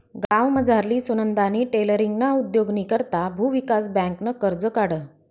गावमझारली सुनंदानी टेलरींगना उद्योगनी करता भुविकास बँकनं कर्ज काढं